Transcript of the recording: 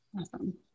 Awesome